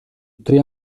tre